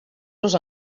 los